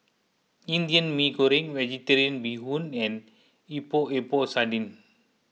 Indian Mee Goreng Vegetarian Bee Hoon and Epok Epok Sardin